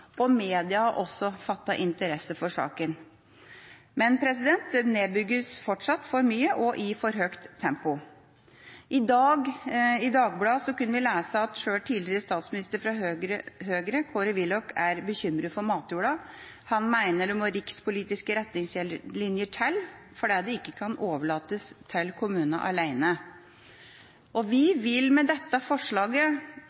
og media har også fattet interesse for saken. Men det nedbygges fortsatt for mye og i for høyt tempo. I Dagbladet kan vi lese at sjøl tidligere statsminister fra Høyre, Kåre Willoch, er bekymret for matjorda. Han mener det må rikspolitiske retningslinjer til fordi det ikke kan overlates til